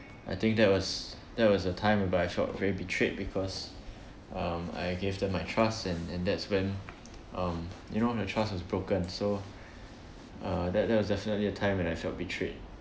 I think that was that was a time whereby I felt very betrayed because um I gave them my trust and and that's when um you know the trust is broken so uh that that was definitely a time when I felt betrayed